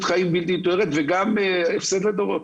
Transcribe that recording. חיים בלתי מתוארת וגם הפסד לדורות.